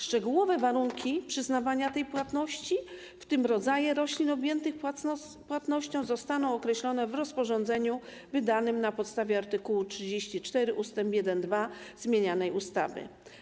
Szczegółowe warunki dotyczące przyznawania tej płatności, w tym rodzaje roślin objętych płatnością, zostaną określone w rozporządzeniu wydanym na podstawie art. 34 ust. 1 i 2 zmienianej ustawy.